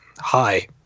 hi